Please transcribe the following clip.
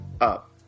up